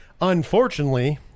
unfortunately